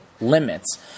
limits